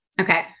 Okay